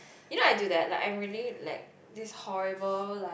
you know I do that like I really like this horrible like